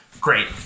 Great